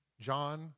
John